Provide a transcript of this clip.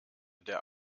der